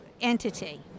entity